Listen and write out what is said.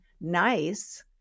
nice